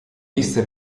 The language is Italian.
viste